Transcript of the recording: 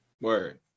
word